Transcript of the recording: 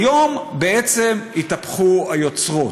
היום בעצם התהפכו היוצרות,